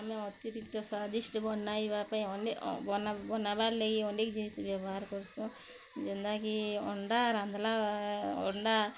ହଁ ଆମେ ଅତିରିକ୍ତ ସ୍ବାଦିଷ୍ଟ ବନାଇବା ପାଇଁ ବନାବା ଲାଗିର୍ ଅନେକ ଜିନିଷ ବେବହାର କରସୁଁ ଯେନ୍ତାକି ଅଣ୍ଡା ରାନ୍ଧ୍ଲା